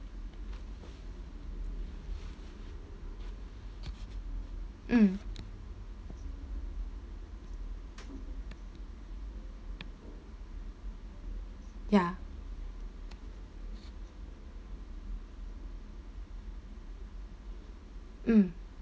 mm ya mm